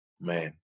Man